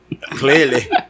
Clearly